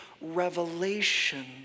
revelation